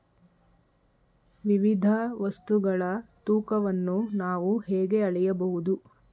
ವಿವಿಧ ವಸ್ತುಗಳ ತೂಕವನ್ನು ನಾವು ಹೇಗೆ ಅಳೆಯಬಹುದು?